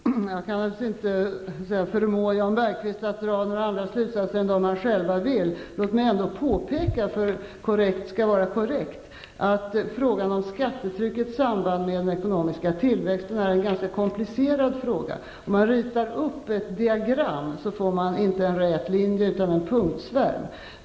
Herr talman! Jag kan inte förmå Jan Bergqvist att dra några andra slutsatser än vad de själv vill. Men låt mig påpeka några saker. Korrekt skall ändå vara korrekt. Frågan om skattetryckets samband med den ekonomiska tillväxten är komplicerad. När man ritar upp ett diagram får man inte en rät linje utan en punktsvärm.